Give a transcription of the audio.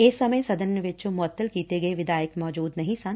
ਇਸ ਸਮੇਂ ਸਦਨ ਵਿਚ ਮੁਅੱਤਲ ਕੀਤੇ ਗਏ ਵਿਧਾਇਕ ਮੌਜਦ ਨਹੀਂ ਸਨ